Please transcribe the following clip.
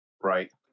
Right